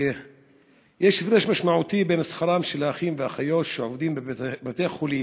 יש הפרש משמעותי בין שכרם של האחים והאחיות שעובדים בבתי-החולים